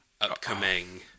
upcoming